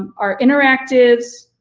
our interactives,